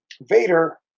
Vader